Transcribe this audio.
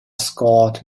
scored